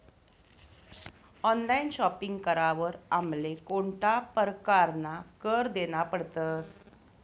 Online shopping करावर आमले कोणता परकारना कर देना पडतस?